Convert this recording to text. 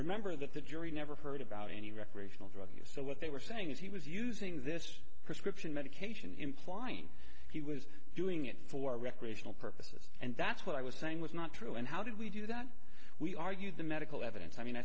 remember that the jury never heard about any recreational drug use so what they were saying is he was using this prescription medication implying he was doing it for recreational purposes and that's what i was saying was not true and how did we do that we argued the medical evidence i mean i